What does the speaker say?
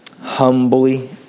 humbly